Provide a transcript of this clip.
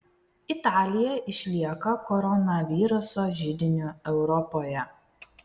italija išlieka koronaviruso židiniu europoje